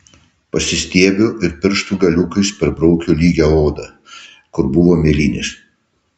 pasistiebiu ir pirštų galiukais perbraukiu lygią odą kur buvo mėlynės